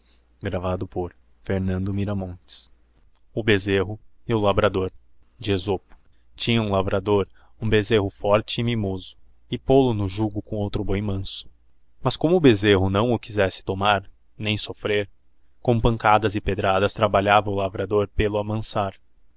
o bezerro e o labrador tinlía hum lavrador hum bezerro fone e mimoso e polo no jugo com outro boi manso mas como o bezerro o não quizesse tomar nem soffrer com pancadas e pedradas trabalhava o lavrador pelo amansar